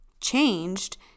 changed